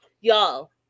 y'all